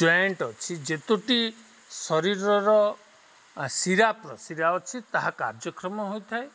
joint ଅଛି ଯେତୋଟି ଶରୀରର ସିରା ପ୍ରଶିରା ଅଛି ତାହା କାର୍ଯ୍ୟକ୍ଷମ ହୋଇଥାଏ